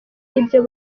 y’ibyo